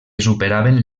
superaven